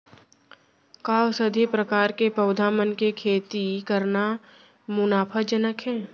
का औषधीय प्रकार के पौधा मन के खेती करना मुनाफाजनक हे?